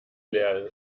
leer